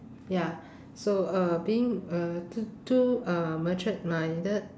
ya so uh being uh too too uh matured minded